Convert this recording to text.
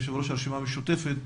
יו"ר הרשימה המשותפת.